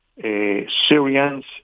Syrians